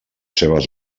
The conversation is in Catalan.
seves